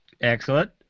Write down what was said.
Excellent